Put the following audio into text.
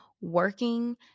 working